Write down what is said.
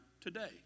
today